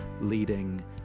leading